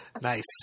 Nice